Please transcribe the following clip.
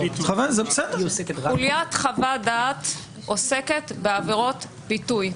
חוליית חוות דעת עוסקת בעבירות ביטוי.